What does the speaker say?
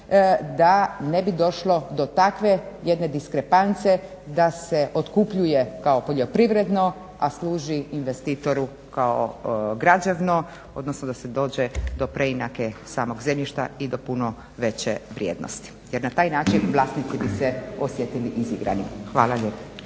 da ne bi došlo do takve jedne diskrepance da se otkupljuje kao poljoprivredno a služi investitoru kao građevno odnosno da se dođe do preinake samog zemljišta i do puno veće vrijednosti, jer na taj način vlasnici bi se osjetili izigrani. Hvala lijepa.